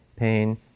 pain